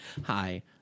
Hi